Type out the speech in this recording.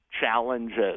challenges